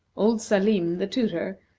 old salim, the tutor,